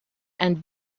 and